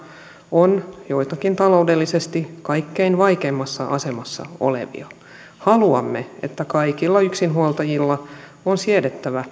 on joitakin taloudellisesti kaikkein vaikeimmassa asemassa olevia haluamme että kaikilla yksinhuoltajilla on siedettävä